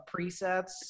presets